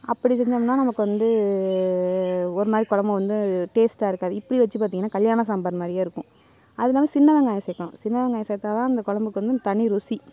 அப்படி செஞ்சோம்னால் நமக்கு வந்து ஒரு மாதிரி குழம்பும் வந்து டேஸ்ட்டாயிருக்காது இப்படி வச்சு பார்த்திங்கனா கல்யாண சாம்பார் மாதிரியேருக்கும் அதுவும் இல்லாமல் சின்ன வெங்காயம் சேர்க்கணும் சின்ன வெங்காயம் சேர்த்தா தான் அந்த குழம்புக்கு வந்து தனி ருசி